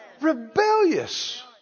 Rebellious